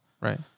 Right